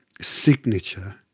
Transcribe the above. signature